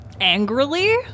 angrily